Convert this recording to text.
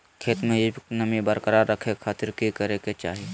खेत में उपयुक्त नमी बरकरार रखे खातिर की करे के चाही?